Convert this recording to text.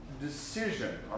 decision